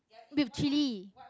with chili